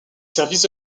services